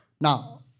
Now